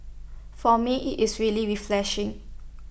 for me IT is really refreshing